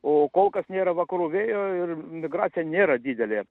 o kol kas nėra vakarų vėjo ir migracija nėra didelė